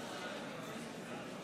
התקבלה.